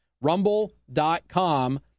Rumble.com